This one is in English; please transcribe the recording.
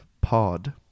pod